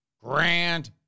grand